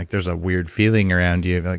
like there's a weird feeling around you. and like